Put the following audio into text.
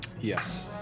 Yes